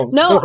no